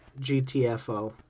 GTFO